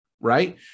right